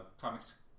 Comics